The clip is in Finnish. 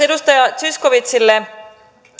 edustaja zyskowiczille